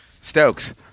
Stokes